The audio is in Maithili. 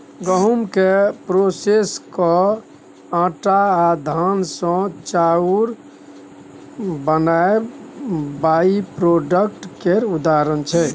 गहुँम केँ प्रोसेस कए आँटा आ धान सँ चाउर बनाएब बाइप्रोडक्ट केर उदाहरण छै